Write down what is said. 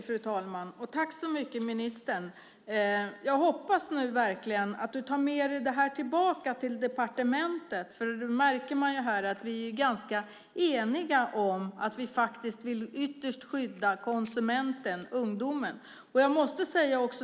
Fru talman! Tack så mycket, ministern. Jag hoppas verkligen att du nu tar med dig detta tillbaka till departementet. Man märker ju här att vi är ganska eniga om att vi ytterst vill skydda konsumenterna - ungdomarna.